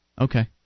Okay